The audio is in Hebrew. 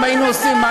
אם היינו עושים את זה,